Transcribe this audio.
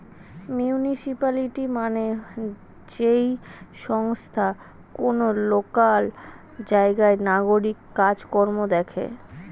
municipality মানে যেই সংস্থা কোন লোকাল জায়গার নাগরিক কাজ কর্ম দেখে